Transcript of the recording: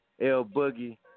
L-Boogie